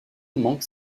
manque